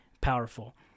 powerful